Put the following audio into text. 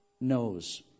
knows